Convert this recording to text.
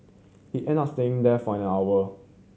he end up staying there for an hour